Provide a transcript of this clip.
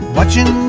Watching